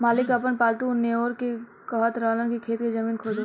मालिक आपन पालतु नेओर के कहत रहन की खेत के जमीन खोदो